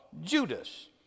Judas